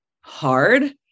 hard